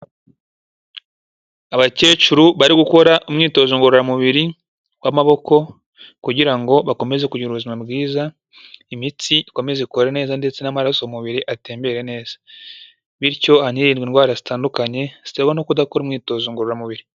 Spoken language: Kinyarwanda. Abakecuru bari gukora umwitozo ngororamubiri w'amaboko kugira ngo bakomeze kugira ubuzima bwiza, imitsi ikomeze ikore neza ndetse n'amaraso mu mubiri atembere neza, bityo hanirindwe indwara zitandukanye ziterwa no kudakora imyitozo ngororamubiri.